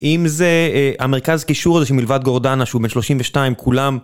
אם זה המרכז קישור הזה שמלבד גורדנה שהוא בן 32 כולם